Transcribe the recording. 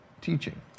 teaching